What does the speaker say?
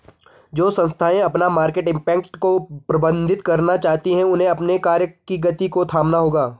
जो संस्थाएं अपना मार्केट इम्पैक्ट को प्रबंधित करना चाहती हैं उन्हें अपने कार्य की गति को थामना होगा